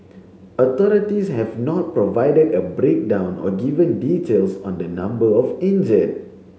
authorities have not provided a breakdown or given details on the number of injured